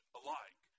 alike